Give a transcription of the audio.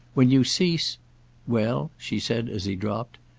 when you cease well? she said as he dropped.